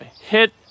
hit